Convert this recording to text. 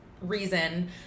reason